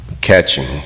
Catching